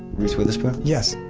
reese witherspoon? yes.